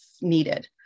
needed